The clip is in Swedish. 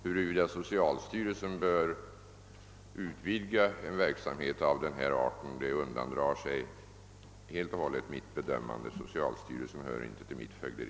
Huruvida socialstyrelsen bör utvidga en verksamhet av denna art undandrar sig helt och hållet mitt bedömande; socialstyrelsen hör inte till mitt fögderi.